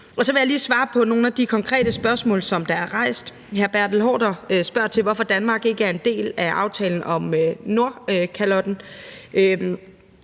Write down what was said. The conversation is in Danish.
jeg lige svare på nogle af de konkrete spørgsmål, som der er rejst. Hr. Bertel Haarder spørger til, hvorfor Danmark ikke er en del af aftalen om Nordkalotten.